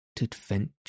adventure